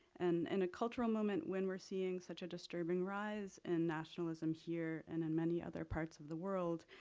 and in a cultural moment, when we're seeing such a disturbing rise in nationalism here and in many other parts of the world,